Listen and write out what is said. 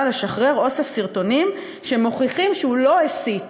לשחרר אוסף סרטונים שמוכיחים שהוא לא הסית.